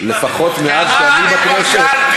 לפחות מאז שאני בכנסת,